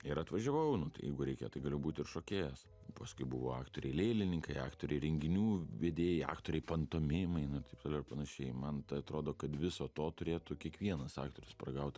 ir atvažiavau nu tai jeigu reikia tai galiu būt ir šokėjas paskui buvo aktoriai lėlininkai aktoriai renginių vedėjai aktoriai pantomimai nu taip toliau ir panašiai man atrodo kad viso to turėtų kiekvienas aktorius paragaut